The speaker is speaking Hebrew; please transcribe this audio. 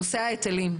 נושא ההיטלים.